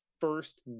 first